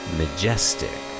majestic